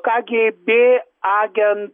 kagėbė agen